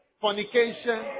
Fornication